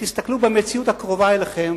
כשתסתכלו על המציאות הקרובה אליכם,